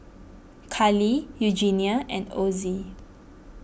Karley Eugenia and Ozzie